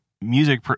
music